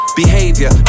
behavior